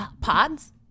pods